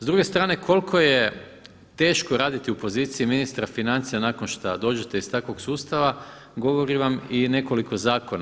S druge strane koliko je teško raditi u poziciji ministra financija nakon šta dođete iz takvog sustava, govori vam i nekoliko zakona.